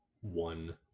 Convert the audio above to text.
one